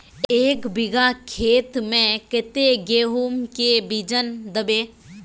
एक बिगहा खेत में कते गेहूम के बिचन दबे?